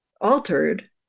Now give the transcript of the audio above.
altered